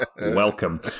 welcome